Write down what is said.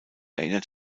erinnert